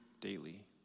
daily